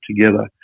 together